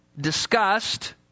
discussed